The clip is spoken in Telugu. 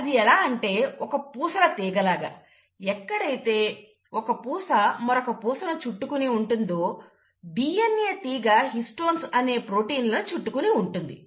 ఇది ఎలా అంటే ఒక పూసల తీగ లాగ ఎక్కడైతే ఒక పూస మరొక పూసను చుట్టుకుని ఉంటుందో DNA తీగ హిస్టోన్స్ అనే ప్రోటీన్లను చుట్టుకుని ఉంటుంది